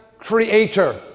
Creator